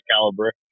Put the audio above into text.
caliber